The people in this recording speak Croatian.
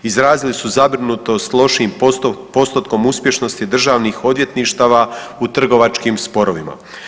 Izrazili su zabrinutost lošim postotkom uspješnosti Državnih odvjetništava u Trgovačkim sporovima.